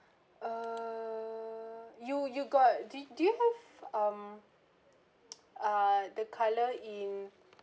uh you you got do y~ do you have um uh the colour in